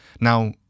Now